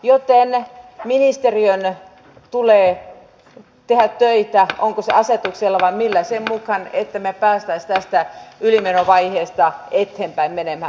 joten ministeriön tulee tehdä töitä onko se asetuksella vai millä sen mukaan että me pääsisimme tästä ylimenovaiheesta eteenpäin menemään